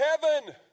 heaven